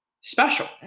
special